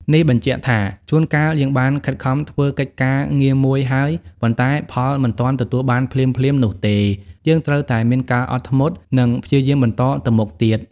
នេះបញ្ជាក់ថាជួនកាលយើងបានខិតខំធ្វើកិច្ចការងារមួយហើយប៉ុន្តែផលមិនទាន់ទទួលបានភ្លាមៗនោះទេយើងត្រូវតែមានការអត់ធ្មត់និងព្យាយាមបន្តទៅមុខទៀត។